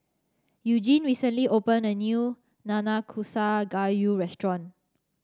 Eugene recently opened a new Nanakusa Gayu restaurant